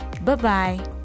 Bye-bye